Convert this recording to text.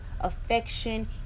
affection